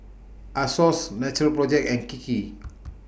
Asos Natural Project and Kiki